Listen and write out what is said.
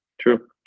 True